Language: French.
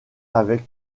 avec